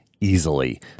easily